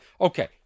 okay